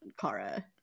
Kara